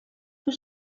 für